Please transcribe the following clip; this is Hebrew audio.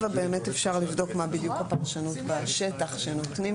באמת אפשר לבדוק מה בדיוק הפרשנות בשטח שנותנים לזה,